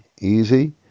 easy